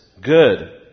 good